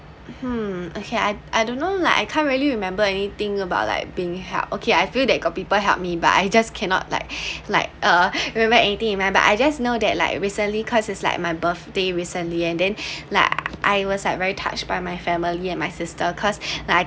hmm okay I I don't know like I can't really remember anything about like being helped okay I feel that got people help me but I just cannot like like uh remembered anything I just know that like recently cause it's like my birthday recently and then like I was like very touched by my family and my sister cause like